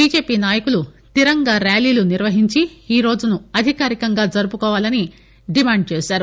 BJP నాయకులు తిరంగా ర్యాలీలు నిర్వహించి ఈరోజును అధికారికంగా జరుపుకోవాలని డిమాండ్ చేశారు